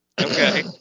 Okay